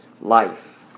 life